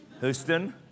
Houston